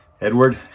Edward